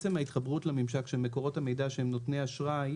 עצם ההתחברות לממשק של מקורות המידע שהם נותני אשראי,